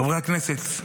חברי הכנסת,